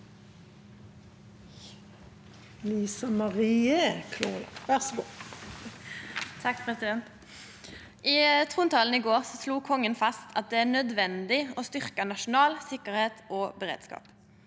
I tron- talen i går slo Kongen fast at det er nødvendig å styrkje nasjonal sikkerheit og beredskap.